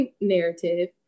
narrative